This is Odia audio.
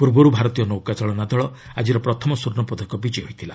ପୂର୍ବରୁ ଭାରତୀୟ ନୌକା ଚାଳନା ଦଳ ଆଜିର ପ୍ରଥମ ସ୍ୱର୍ଷପଦକ ବିଜୟୀ ହୋଇଥିଲା